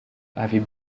avait